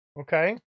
okay